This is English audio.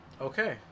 Okay